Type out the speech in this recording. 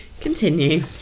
Continue